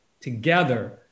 together